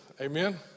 Amen